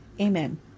Amen